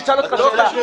אני אשאל אותך שאלה,